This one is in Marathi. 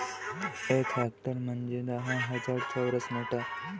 एक हेक्टर म्हंजे दहा हजार चौरस मीटर